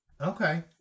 okay